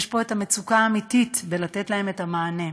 המצוקה האמיתית באפשרות לתת להם את המענה.